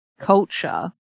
culture